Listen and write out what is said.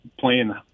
playing